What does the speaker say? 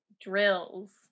drills